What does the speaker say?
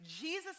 Jesus